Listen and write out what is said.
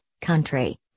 country